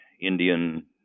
Indian